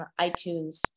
iTunes